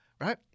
right